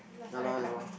last time I cried one